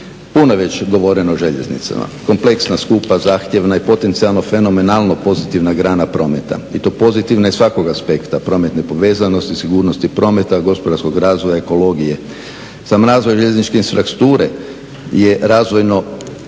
Puno je već govoreno o željeznicama, kompleksna, skupa, zahtjevna i potencijalno fenomenalno pozitivna grana prometa i to pozitivna iz svakog aspekta prometne povezanosti, sigurnosti prometa, gospodarskog razvoja, ekologije. Sam razvoj željezničke infrastrukture je razvojno